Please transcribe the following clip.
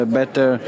better